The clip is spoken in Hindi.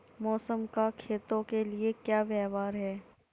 मौसम का खेतों के लिये क्या व्यवहार है?